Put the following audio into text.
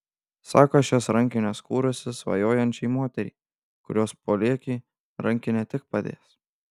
sako šias rankines kūrusi svajojančiai moteriai kurios polėkiui rankinė tik padės